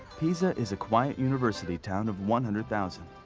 pisa is a quiet university town of one hundred thousand.